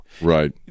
Right